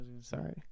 Sorry